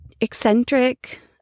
eccentric